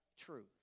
truth